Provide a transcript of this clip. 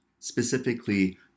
specifically